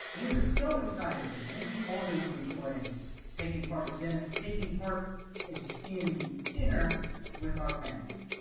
we're so excited and we always enjoy taking part of dinner taking part in in dinner with our family.